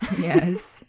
yes